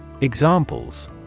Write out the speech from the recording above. Examples